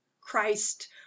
christ